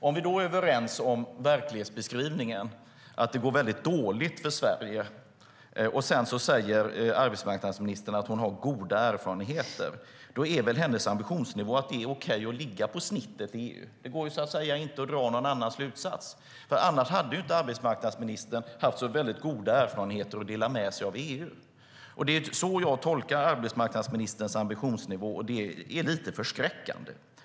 Om vi är överens om verklighetsbeskrivningen att det går väldigt dåligt för Sverige och arbetsmarknadsministern sedan säger att hon har goda erfarenheter är hennes ambitionsnivå att det är okej att ligga på snittet i EU. Det går inte att dra någon annan slutsats. Annars hade inte arbetsmarknadsministern haft så goda erfarenheter att dela med sig av i EU. Det är så jag tolkar arbetsmarknadsministerns ambitionsnivå, och det är lite förskräckande.